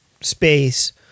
space